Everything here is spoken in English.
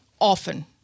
Often